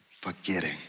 forgetting